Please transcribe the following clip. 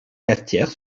cafetière